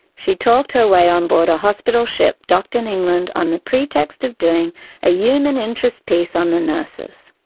she talked her way on board a hospital ship docked in england on the pretext of doing a human interest piece on the nurses.